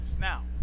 Now